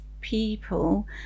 people